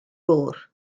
gŵr